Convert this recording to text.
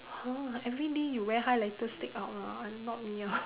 !huh! everyday you wear highlighter stick out ah I'm not me ah